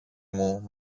μου